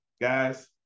guys